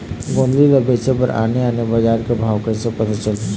गोंदली ला बेचे बर आने आने बजार का भाव कइसे पता चलही?